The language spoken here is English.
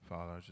Father